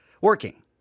working